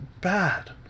bad